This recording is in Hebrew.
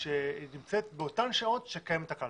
שנמצאת באותן שעות שקיימת הקלפי.